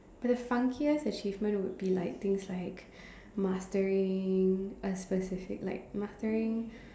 but the funkiest achievement would be like things like mastering us specific like mastering